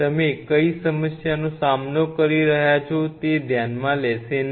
તમે કઈ સમસ્યાઓનો સામનો કરી રહ્યા છો તે ધ્યાનમાં લેશે નહીં